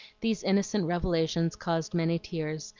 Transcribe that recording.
these innocent revelations caused many tears,